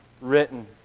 written